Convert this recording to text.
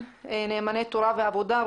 נאמני תורה ועבודה,